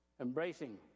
embracing